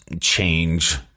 change